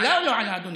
עלה או לא עלה, אדוני?